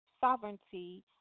sovereignty